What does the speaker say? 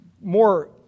more